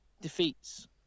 defeats